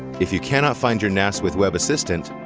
if you cannot find your nas with web assistant,